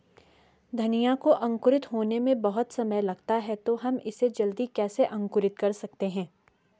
धनिया को अंकुरित होने में बहुत समय लगता है तो हम इसे जल्दी कैसे अंकुरित कर सकते हैं?